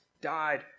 died